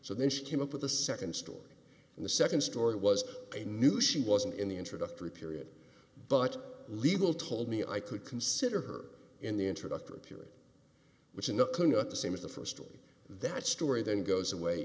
so then she came up with the second story and the second story was a new she wasn't in the introductory period but legal told me i could consider her in the introductory period which in the congo at the same is the first story that story then goes away